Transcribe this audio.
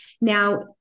Now